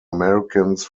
americans